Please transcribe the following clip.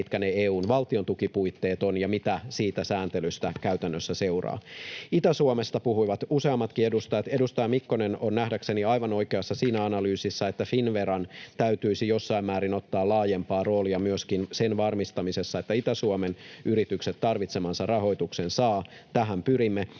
mitkä ne EU:n valtiontukipuitteet ovat ja mitä siitä sääntelystä käytännössä seuraa. Itä-Suomesta puhuivat useammatkin edustajat. Edustaja Mikkonen on nähdäkseni aivan oikeassa siinä analyysissä, että Finnveran täytyisi jossain määrin ottaa laajempaa roolia myöskin sen varmistamisessa, että Itä-Suomen yritykset saavat tarvitsemansa rahoituksen. Tähän pyrimme.